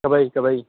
کوئی کوئی